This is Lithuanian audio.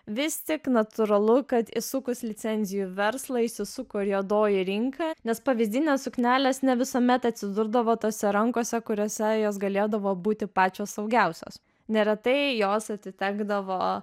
vis tik natūralu kad įsukus licenzijų verslą įsisuko ir juodoji rinka nes pavyzdinės suknelės ne visuomet atsidurdavo tose rankose kuriose jos galėdavo būti pačios saugiausios neretai jos atitekdavo